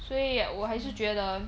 所以我还是觉得